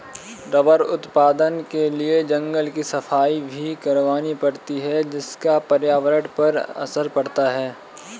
rubber उत्पादन के लिए जंगल की सफाई भी करवानी पड़ती है जिसका पर्यावरण पर असर पड़ता है